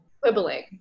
quibbling